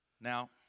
Now